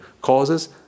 Causes